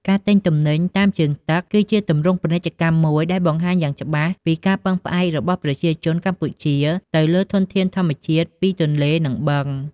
ការទិញទំនិញតាមជើងទឹក គឺជាទម្រង់ពាណិជ្ជកម្មមួយដែលបង្ហាញយ៉ាងច្បាស់ពីការពឹងផ្អែករបស់ប្រជាជនកម្ពុជាទៅលើធនធានធម្មជាតិពីទន្លេ និងបឹង។